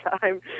time